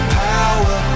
power